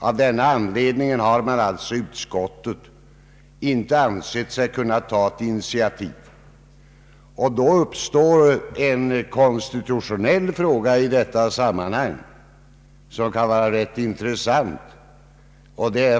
Av denna anledning har utskottet inte ansett sig kunna ta ett initiativ. Då uppstår en konstitutionell fråga i detta sammanhang som kan vara rätt intressant.